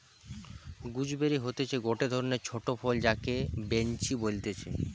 gooseberry হতিছে গটে ধরণের ছোট ফল যাকে বৈনচি বলতিছে